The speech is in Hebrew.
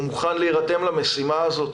הוא מוכן להירתם למשימה הזאת